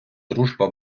дружба